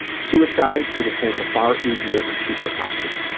suicide would have been the far easier and cheaper option,